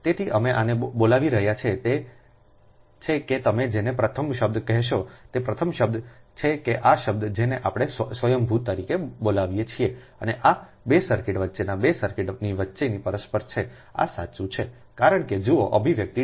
તેથી અમે આને બોલાવી રહ્યા છીએ તે છે કે તમે જેને પ્રથમ શબ્દ કહેશો તે પ્રથમ શબ્દ છે કે આ શબ્દ જેને આપણે સ્વયંભુ તરીકે બોલાવીએ છીએ અને આ 2 સર્કિટ વચ્ચેના 2 સર્કિટની વચ્ચેનો પરસ્પર છે આ સાચું છે કારણ કે જુઓ અભિવ્યક્તિ d2d3